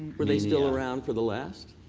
were they still around for the last?